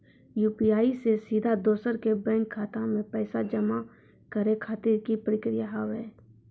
UPI से सीधा दोसर के बैंक खाता मे पैसा जमा करे खातिर की प्रक्रिया हाव हाय?